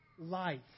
life